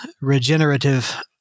regenerative